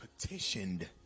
petitioned